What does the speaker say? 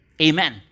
Amen